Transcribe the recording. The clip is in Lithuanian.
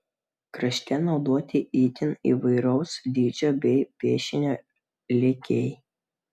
krašte naudoti itin įvairaus dydžio bei piešinio lėkiai